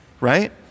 Right